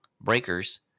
breakers